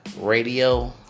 radio